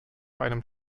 einem